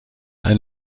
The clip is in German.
ein